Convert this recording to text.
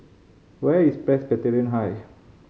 where is Presbyterian High